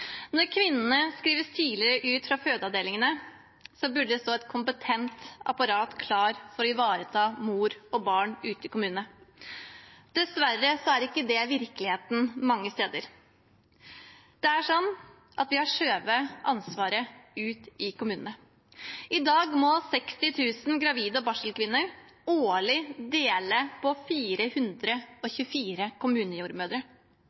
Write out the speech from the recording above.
Når kvinnene skrives tidligere ut fra fødeavdelingene, burde det stå et kompetent apparat klart for å ivareta mor og barn ute i kommunene. Dessverre er ikke det virkeligheten mange steder. Vi har skjøvet ansvaret ut i kommunene. I dag må 60 000 gravide og barselkvinner årlig dele på 424 kommunejordmødre.